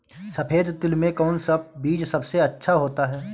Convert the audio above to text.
सफेद तिल में कौन सा बीज सबसे अच्छा होता है?